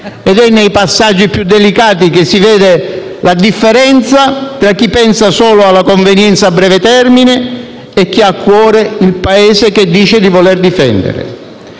Ed è nei passaggi più delicati che si vede la differenza tra chi pensa solo alla convenienza a breve termine e chi ha a cuore il Paese che dice di voler difendere.